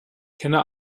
kenne